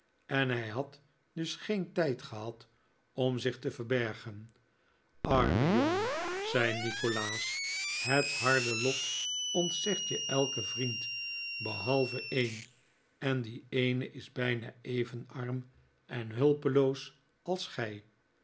en hij had dus geen tijd gehad om zich te verbergen arme jongen zei nikolaas het harde lot ontzegt je elken vriend behalve een en die eene is bijna even arm en hulpeloos als jij